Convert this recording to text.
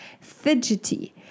fidgety